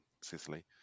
Sicily